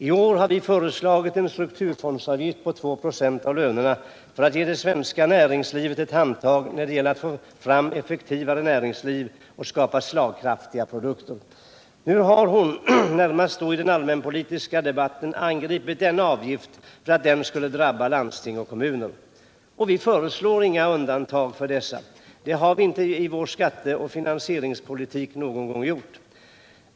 I år har vi föreslagit en strukturfondsavgift på 2 96 av lönerna för att ge det svenska näringslivet ett handtag när det gäller att få fram ett effektivare underlag och att skapa slagkraftigare produkter. Nu har Ingegerd Troedsson, närmast då i den allmänpolitiska debatten, angripit denna avgift för att den skulle drabba landsting och kommuner. Vi föreslår inga undantag för dessa. Det har vi inte i vår skatteoch finansieringspolitik någon gång gjort.